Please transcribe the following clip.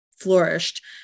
flourished